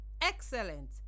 Excellent